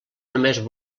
només